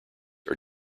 are